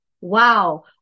wow